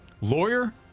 Lawyer